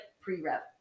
pre-rep